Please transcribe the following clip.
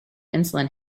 insulin